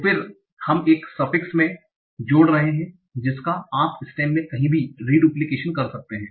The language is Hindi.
तो फिर हम एक सफफिक्स suffix प्रत्यय में जोड़ रहे हैं जिसका आप स्टेम में कहीं भी रिडूप्लीकेशन कर सकते हैं